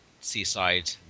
seaside